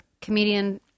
comedian